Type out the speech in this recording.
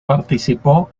participó